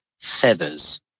feathers